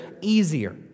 easier